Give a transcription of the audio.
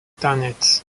tanec